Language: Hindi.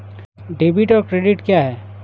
डेबिट और क्रेडिट क्या है?